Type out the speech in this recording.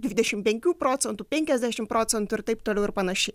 dvidešim penkių procentų penkiasdešim procentų ir taip toliau ir panašiai